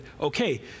okay